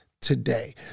today